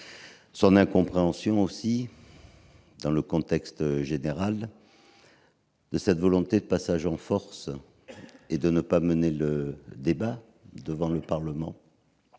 son incompréhension, dans un contexte général de volonté de passer en force et de ne pas mener les débats devant le Parlement.